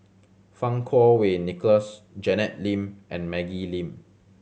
Fang Kuo Wei Nicholas Janet Lim and Maggie Lim